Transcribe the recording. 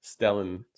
Stellan